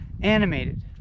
animated